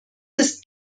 ist